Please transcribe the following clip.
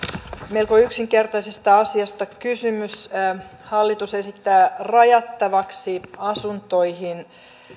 melko yksinkertaisesta asiasta kysymys hallitus esittää rajattavaksi asuntoihin